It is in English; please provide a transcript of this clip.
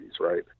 right